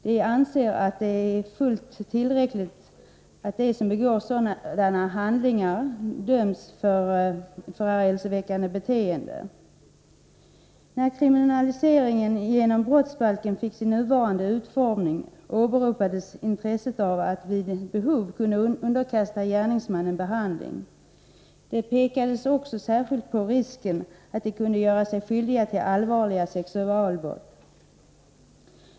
De anser att det är fullt tillräckligt att de som begår sådana handlingar döms för förargelseväckande beteende. När kriminaliseringen genom brottsbalken fick sin nuvarande utformning åberopades intresset av att vid behov kunna underkasta gärningsmannen behandling. Det pekades också särskilt på risken att de kunde göra sig skyldiga till allvarliga sexualbrott.